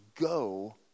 go